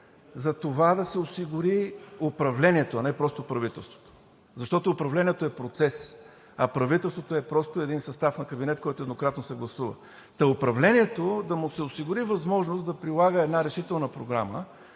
за това да се осигури управлението, а не просто правителството, защото управлението е процес, а правителството е просто състав на кабинет, който еднократно се гласува; на управлението да му се осигури възможност да прилага една решителна програма,